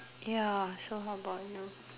ya so how about you